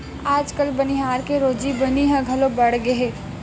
आजकाल बनिहार के रोजी बनी ह घलो बाड़गे हे